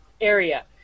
area